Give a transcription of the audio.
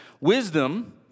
Wisdom